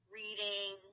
reading